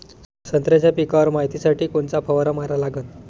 संत्र्याच्या पिकावर मायतीसाठी कोनचा फवारा मारा लागन?